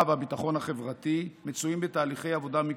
והביטחון החברתי מצויים בתהליכי עבודה מקצועית,